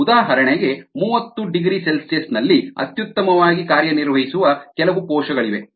ಉದಾಹರಣೆಗೆ 30ºC ನಲ್ಲಿ ಅತ್ಯುತ್ತಮವಾಗಿ ಕಾರ್ಯನಿರ್ವಹಿಸುವ ಕೆಲವು ಕೋಶಗಳಿವೆ